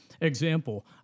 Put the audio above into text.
Example